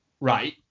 Right